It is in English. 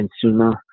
consumer